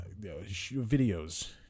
videos